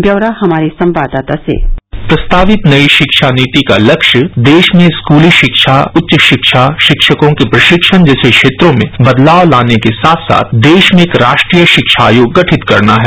व्यौरा हमारे संवाददाता से प्रस्तावित नई शिक्षा नीति का लक्ष्य देश में स्कूली शिक्षा उच्च शिक्षा शिक्षकों के प्रशिक्षण जैसे क्षेत्रों में बदलाव लाने के साथ साथ देश में एक राष्ट्रीय शिक्षा आयोग गठित करना है